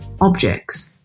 objects